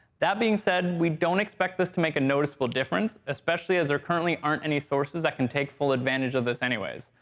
that being said, we don't expect this to make a noticeable difference, especially as there currently aren't any sources that can take full advantage of this anyways.